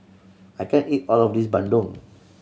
I can't eat all of this bandung